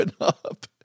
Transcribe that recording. up